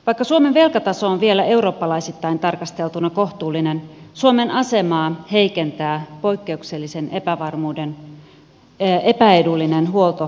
vaikka suomen velkataso on vielä eurooppalaisittain tarkasteltuna kohtuullinen suomen asemaa heikentää poikkeuksellisen epäedullinen huoltosuhteen kehitys